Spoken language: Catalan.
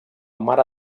mare